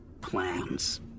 Plans